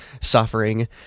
suffering